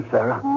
Sarah